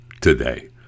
today